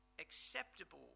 acceptable